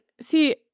see